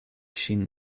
ŝin